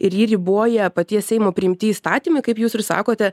ir jį riboja paties seimo priimti įstatymai kaip jūs ir sakote